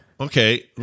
okay